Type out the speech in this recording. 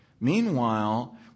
Meanwhile